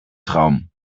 traum